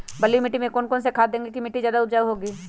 बलुई मिट्टी में कौन कौन से खाद देगें की मिट्टी ज्यादा उपजाऊ होगी?